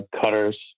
cutters